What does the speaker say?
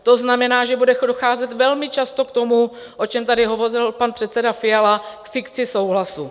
To znamená, že bude docházet velmi často k tomu, o čem tady hovořil pan předseda Fiala k fikci souhlasu.